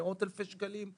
מאות אלפי שקלים?